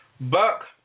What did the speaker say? Buck